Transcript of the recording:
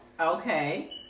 okay